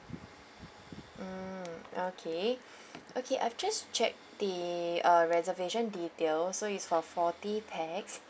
mm okay okay I've just checked the uh reservation detail so it's for forty pax